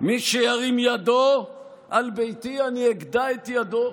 "מי שירים ידו על ביתי, אני אגדע את ידו".